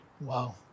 Wow